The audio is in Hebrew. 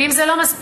ואם זה לא מספיק,